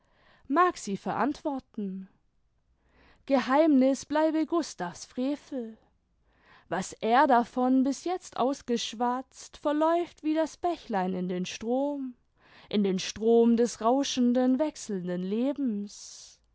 mag sie verantworten geheimniß bleibe gustav's frevel was er davon bis jetzt ausgeschwatzt verläuft wie das bächlein in den strom in den strom des rauschenden wechselnden lebens